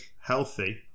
healthy